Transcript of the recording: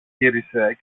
γύρισε